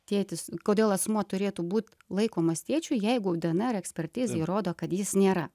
tėtis kodėl asmuo turėtų būt laikomas tėčiu jeigu dnr ekspertizė įrodo kad jis nėra